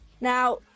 Now